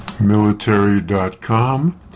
Military.com